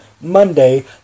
Monday